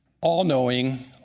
all-knowing